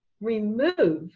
remove